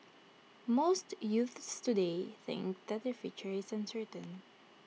most youths today think that their future is uncertain